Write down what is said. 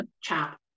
chap